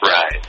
Right